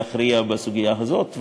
להכריע בסוגיה הזאת,